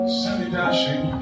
semi-dashing